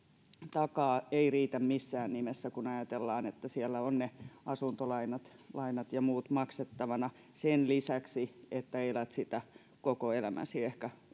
takaa ei riitä missään nimessä kun ajatellaan että siellä on asuntolainat ja muut maksettavana sen lisäksi että elät sitä ehkä koko elämäsi